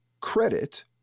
credit